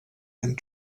and